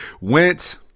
Went